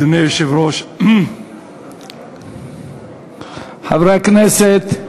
אדוני היושב-ראש, חברי הכנסת.